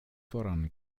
voran